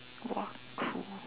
!wah! cool